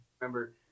remember